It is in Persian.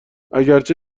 اگرچه